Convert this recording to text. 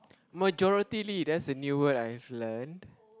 majorityly that's a new word I've learned